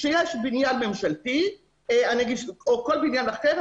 כשיש בניין ממשלתי או כל בניין אחר,